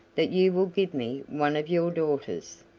that you will give me one of your daughters.